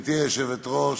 גברתי היושבת-ראש,